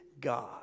God